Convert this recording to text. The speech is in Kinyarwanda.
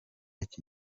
iki